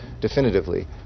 definitively